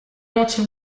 rocce